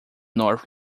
north